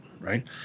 right